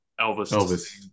Elvis